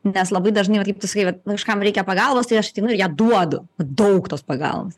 nes labai dažnai vat kaip tu sakei va kažkam reikia pagalbos tai aš ateinu ir ją duodu va daug tos pagalbos